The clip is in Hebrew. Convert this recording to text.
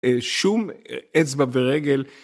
שום אצבע ורגל.